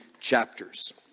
chapters